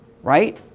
Right